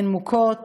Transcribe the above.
הן מוכות,